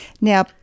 Now